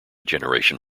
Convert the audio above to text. generation